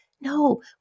No